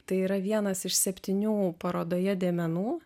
tai yra vienas iš septynių parodoje dėmenų